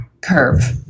curve